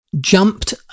jumped